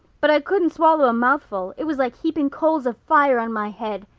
but i couldn't swallow a mouthful. it was like heaping coals of fire on my head.